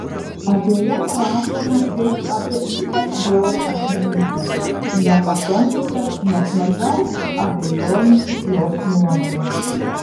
apie ją rašoma kaip apie ypač žiaurią asmenybę nepakentusią net mažiausių abejonių jos nuomone